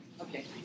Okay